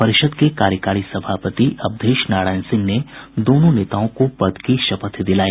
परिषद् के कार्यकारी सभापति अवधेश नारायण सिंह ने दोनों नेताओं को पद की शपथ दिलाई